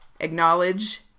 acknowledge